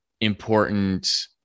important